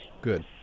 Good